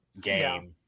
game